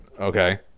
Okay